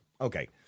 Okay